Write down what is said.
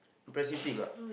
impressive thing ah